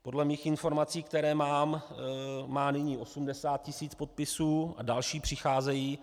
Podle informací, které mám, má nyní 80 tisíc podpisů a další přicházejí.